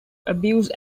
abuse